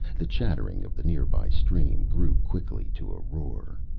the chattering of the nearby stream grew quickly to a roar.